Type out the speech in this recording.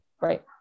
Right